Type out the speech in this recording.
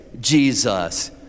Jesus